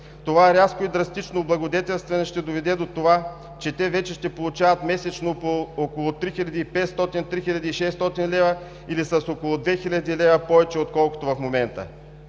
други. Рязкото и драстично облагодетелстване ще доведе до това, че те вече ще получават месечно по около 3500 – 3600 лв., или с около 2000 лв. повече, отколкото в момента.